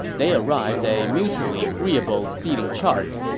they arrived at a mutually agreeable seating chart,